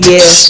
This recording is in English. Yes